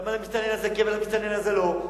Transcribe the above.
למה למסתנן הזה כן ולמסתנן הזה לא?